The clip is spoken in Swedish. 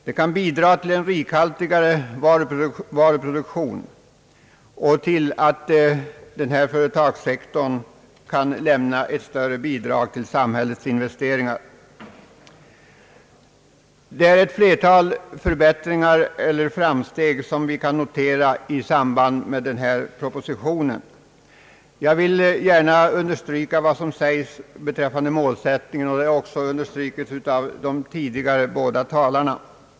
Den kan medverka till en rikhaltigare varuproduktion och till att denna företagssektor kan lämna ett större bidrag till samhällets investeringar. Det är ett flertal förbättringar — och framsteg — som vi kan notera i samband med denna proposition. Jag vill gärna understryka vad som säges beträffande målsättningen, och instämmer därvid i vad som framhållits av de båda föregående talarna.